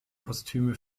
kostüme